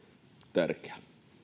tärkeä kiitos